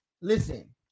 Listen